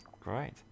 great